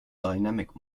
dynamic